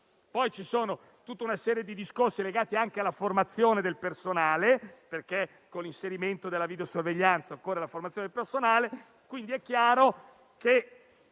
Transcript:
Poi c'è tutta una serie di discorsi legati anche alla formazione del personale, perché con l'inserimento della videosorveglianza occorre la formazione personale, quindi è chiaro che